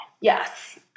Yes